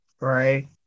Right